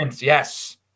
Yes